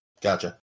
gotcha